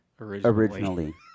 Originally